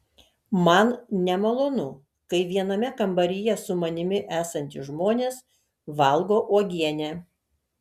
man nemalonu kai viename kambaryje su manimi esantys žmonės valgo uogienę